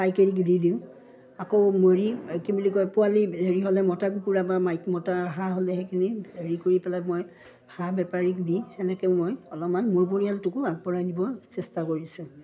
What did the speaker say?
পাইকাৰীক দি দিওঁ আকৌ মৰি কি বুলি কয় পোৱালি হেৰি হ'লে মতা কুকুৰা বা মাইকী মতা হাঁহ হ'লে সেইখিনি হেৰি কৰি পেলাই মই হাঁহ বেপাৰীক দি সেনেকৈ মই অলপমান মোৰ পৰিয়ালটোকো আগবঢ়াই নিব চেষ্টা কৰিছোঁ